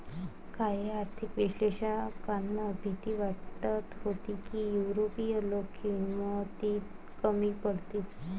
काही आर्थिक विश्लेषकांना भीती वाटत होती की युरोपीय लोक किमतीत कमी पडतील